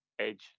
Edge